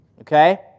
Okay